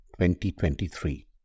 2023